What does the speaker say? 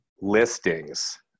listings